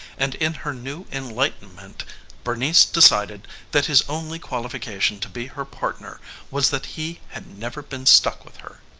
and in her new enlightenment bernice decided that his only qualification to be her partner was that he had never been stuck with her.